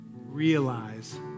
realize